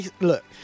Look